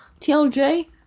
TLJ